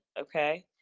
Okay